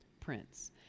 Prince